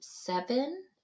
seven